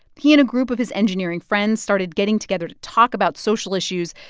he and a group of his engineering friends started getting together to talk about social issues.